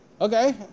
Okay